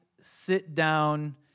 sit-down